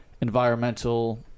environmental